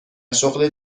شغل